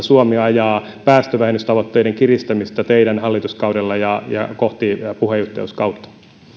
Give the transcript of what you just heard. suomi ajaa ilmastopolitiikassa päästövähennystavoitteiden kiristämistä teidän hallituskaudellanne ja ja kohti puheenjohtajuuskautta